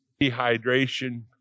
Dehydration